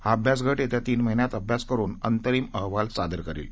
हा अभ्यासगट येत्या तीन महिन्यात अभ्यास करुन अंतरीम अहवाल सादर करेल